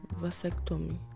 vasectomy